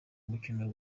mukino